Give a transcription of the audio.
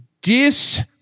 dis